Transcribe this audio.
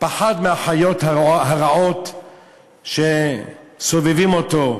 פחד מהחיות הרעות שסובבו אותו.